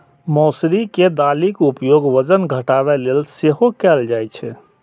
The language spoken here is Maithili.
मौसरी के दालिक उपयोग वजन घटाबै लेल सेहो कैल जाइ छै